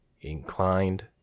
inclined